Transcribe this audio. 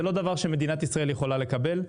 זה לא דבר שמדינת ישראל יכולה לקבל,